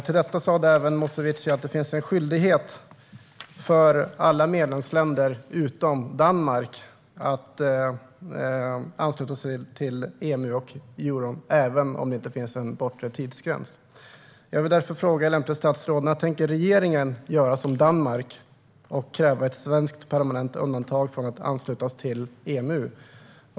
Till detta sa även Moscovici att det finns en skyldighet för alla medlemsländer utom Danmark att ansluta sig till EMU och euron, även om det inte finns en bortre tidsgräns. Jag vill därför fråga lämpligt statsråd när regeringen tänker göra som Danmark och kräva ett svenskt permanent undantag från att ansluta oss till EMU.